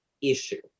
issue